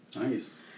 Nice